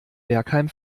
bergheim